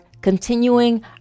continuing